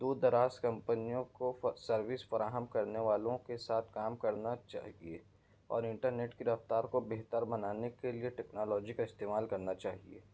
دور دراز کمپنیوں کو فا سروس فراہم کرنے والوں کے ساتھ کام کرنا چاہیے اور انٹرنیٹ کی رفتار کو بہتر بنانے کے لیے ٹیکنالوجی کا استعمال کرنا چاہیے